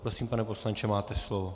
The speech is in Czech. Prosím, pane poslanče, máte slovo.